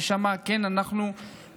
שבו אנחנו מעמידים,